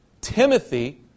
Timothy